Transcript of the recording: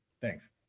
Thanks